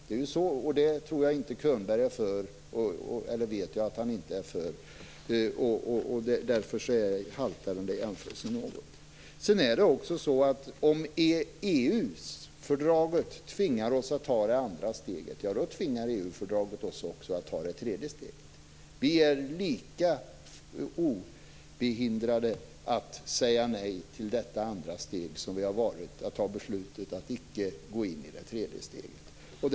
Det vet jag att Könberg inte är för. Därför haltar jämförelsen något. Om EU-fördraget tvingar oss att ta det andra steget, då tvingar det oss också att ta det tredje steget. Vi är lika obehindrade att säga nej till detta andra steg som vi har varit att fatta beslutet att icke gå in i det tredje steget.